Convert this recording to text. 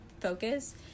focus